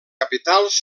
capitals